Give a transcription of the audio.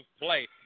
play